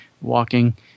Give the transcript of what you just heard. walking